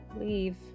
Leave